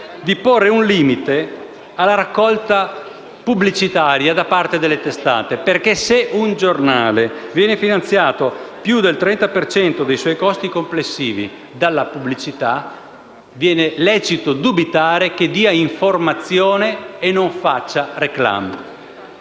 di porre un limite alla raccolta pubblicitaria da parte delle testate, perché se un giornale viene finanziato per più del 30 per cento dei suoi costi complessivi dalla pubblicità, è lecito dubitare se faccia informazione o *réclame*.